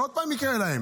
זה עוד פעם יקרה להם.